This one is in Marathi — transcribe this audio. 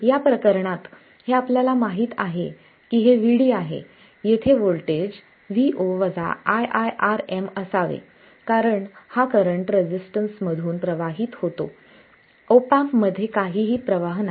या प्रकरणात हे आपल्याला माहीत आहे हे Vd आहे येथे होल्टेज Vo ii Rm असावे कारण हा करंट रेसिस्टन्स मधून प्रवाहित होतो ऑप एम्प मध्ये काहीही प्रवाह नाही